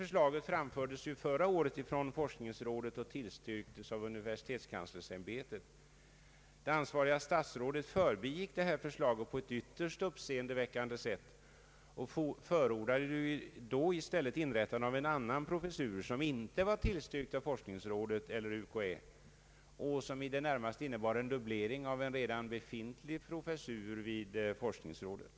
Förslaget framfördes förra året från forskningsrådet och tillstyrktes av universitetskanslersämbetet. Det ansvariga statsrådet förbigick det här förslaget på ett ytterst uppseendeväckande sätt och förordade då i stället inrättande av en annan professur, som inte var tillstyrkt av forskningsrådet eller UKÄ och som i det närmaste innebar en dubblering av en redan befintlig professur vid forskningsrådet.